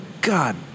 God